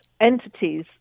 entities